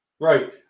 Right